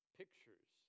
pictures